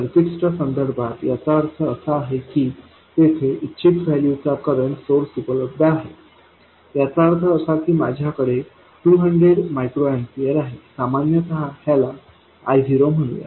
सर्किट्सच्या संदर्भात याचा अर्थ असा आहे की तेथे इच्छित व्हॅल्यू चा करंट सोर्स उपलब्ध आहे याचा अर्थ असा की माझ्याकडे 200 μA आहे सामान्यतः ह्याला I0 म्हणूया